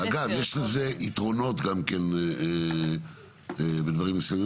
אגב, יש בזה גם יתרונות בדברים מסוימים.